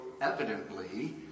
evidently